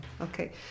Okay